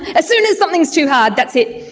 as soon as something is too hard, that's it,